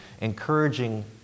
encouraging